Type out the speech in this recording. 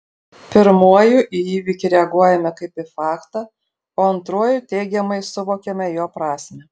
pirmuoju į įvykį reaguojame kaip į faktą o antruoju teigiamai suvokiame jo prasmę